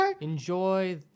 enjoy